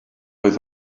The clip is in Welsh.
oedd